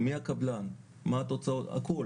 מי הקבלן, מה התוצאות, הכול